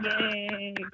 Yay